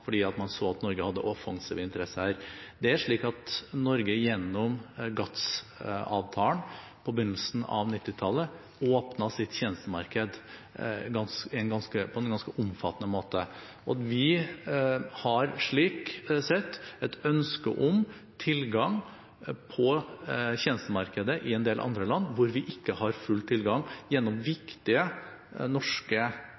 man så at Norge hadde offensive interesser her. Det er slik at Norge gjennom GATS-avtalen på begynnelsen av 1990-tallet åpnet sitt tjenestemarked på en ganske omfattende måte. Vi har slik sett et ønske om tilgang til tjenestemarkedet i en del andre land, hvor vi ikke har full tilgang, gjennom viktige norske